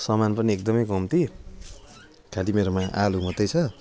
सामान पनि एकदमै कम्ती खालि मेरोमा आलु मात्रै छ